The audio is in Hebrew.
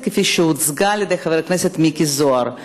כפי שהוצגה על ידי חבר הכנסת מיקי זוהר.